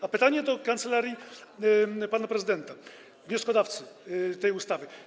A pytanie jest do kancelarii pana prezydenta, wnioskodawcy tej ustawy.